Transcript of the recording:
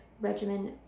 regimen